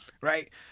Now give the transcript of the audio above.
right